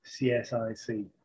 CSIC